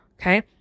Okay